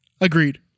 Agreed